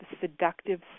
seductive